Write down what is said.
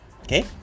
Okay